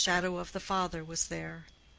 the shadow of the father was there,